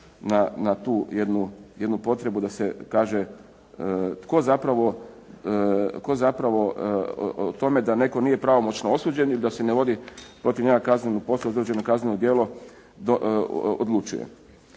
na tu jednu potrebu da se kaže tko zapravo o tome da netko nije pravomoćno osuđen i da se ne vodi protiv njega kazneno djelo odlučuje.